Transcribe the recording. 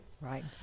Right